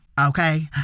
Okay